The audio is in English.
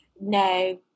no